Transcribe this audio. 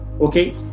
okay